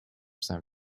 san